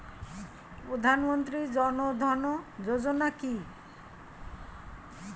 প্রধানমন্ত্রী জনধন যোজনা কি?